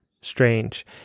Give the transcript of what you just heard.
strange